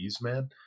man